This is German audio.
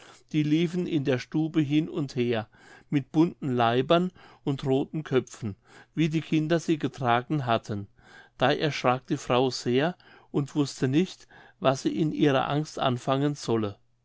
die liefen in der stube hin und her mit bunten leibern und rothen köpfen wie die kinder sich getragen hatten da erschrak die frau sehr und wußte nicht was sie in ihrer angst anfangen solle